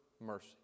mercy